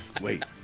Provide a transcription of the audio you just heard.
Wait